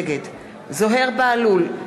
נגד זוהיר בהלול,